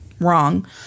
Wrong